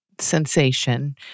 sensation